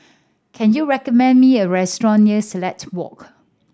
can you recommend me a restaurant near Silat Walk